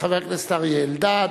חבר הכנסת אריה אלדד,